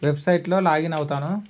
వెబ్సైట్లో లాగిన్ అవుతాను